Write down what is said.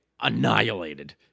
annihilated